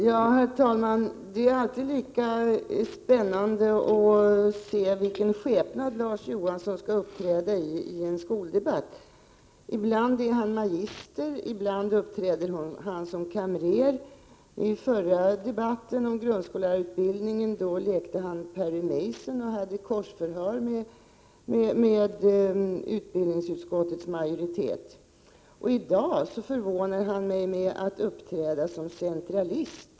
Herr talman! Det är alltid lika spännande att se i vilken skepnad Larz Johansson skall uppträda i skoldebatterna. Ibland är han magister. Ibland uppträder han som kamrer. I den förra debatten om grundskollärarutbildningen lekte han Perry Mason och hade korsförhör med utbildningsutskottets majoritet. I dag förvånar han mig med att uppträda som centralist.